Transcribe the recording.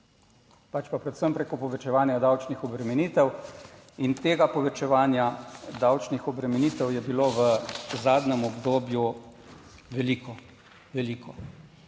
Pač pa, predvsem preko povečevanja davčnih obremenitev in tega povečevanja davčnih obremenitev je bilo v zadnjem obdobju veliko, veliko.